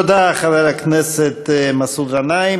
תודה, חבר הכנסת מסעוד גנאים.